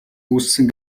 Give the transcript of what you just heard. үүссэн